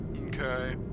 Okay